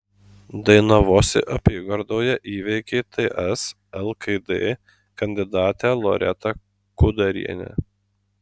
dainavosi apygardoje įveikė ts lkd kandidatę loretą kudarienę